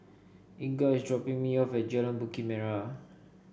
Inga is dropping me off at Jalan Bukit Merah